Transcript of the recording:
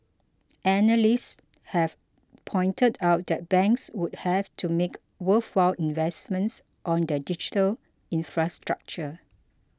analysts have pointed out that banks would have to make worthwhile investments on their digital infrastructure